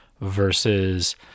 versus